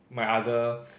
my other